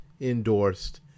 endorsed